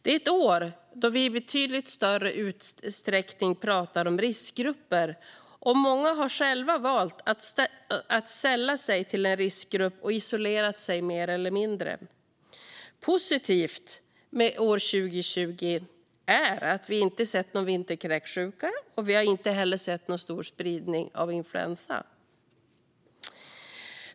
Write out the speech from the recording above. Det är ett år då vi i betydligt större utsträckning pratar om riskgrupper, och många har själva valt att sälla sig till en riskgrupp och mer eller mindre isolerat sig. Positivt med år 2020 är att vi inte har sett någon vinterkräksjuka och inte heller någon stor spridning av influensa.